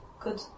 Good